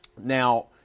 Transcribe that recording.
Now